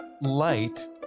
light